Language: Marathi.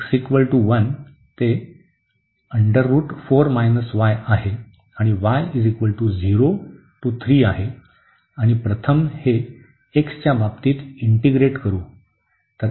तर x 1 ते आहे आणि y 0 ते 3 आहे आणि प्रथम हे x च्या बाबतीत इंटीग्रेट करू